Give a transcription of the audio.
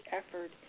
effort